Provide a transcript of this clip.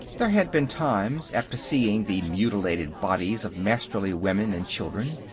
there had been times, after seeing the mutilated bodies of masterly women and children,